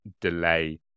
delay